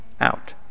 out